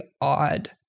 odd